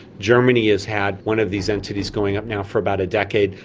germany has had one of these entities going up now for about a decade.